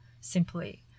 simply